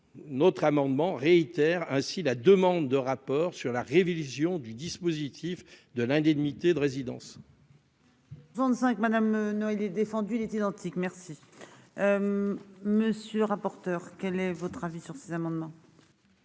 notre amendement réitère ainsi la demande de rapport sur la révision du dispositif de l'indemnité de résidence. 25 madame Noël et défendu il est identique, merci. Monsieur le rapporteur. Quel est votre avis sur ces amendements.--